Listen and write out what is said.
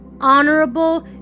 honorable